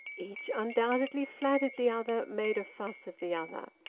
each undoubtedly flattered the other, made a fuss of the other.